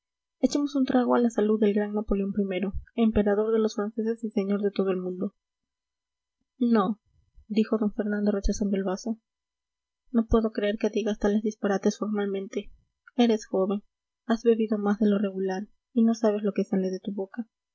echemos un trago a la salud del gran napoleón i emperador de los franceses y señor de todo el mundo no dijo d fernando rechazando el vaso no puedo creer que digas tales disparates formalmente eres joven has bebido más de lo regular y no sabes lo que sale de tu boca